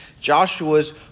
Joshua's